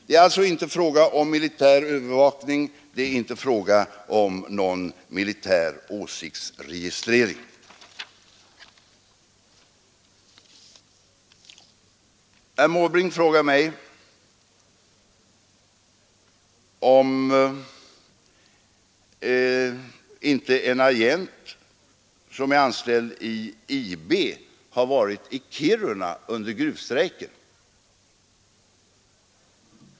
Det är alltså inte fråga om militär övervakning, och det är inte fråga om någon militär åsiktsregistrering. Herr Måbrink frågade mig om inte en agent som är anställd vid IB var i Kiruna under gruvstrejken.